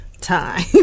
time